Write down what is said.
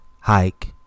hike